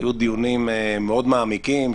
היו דיונים מאוד מעמיקים,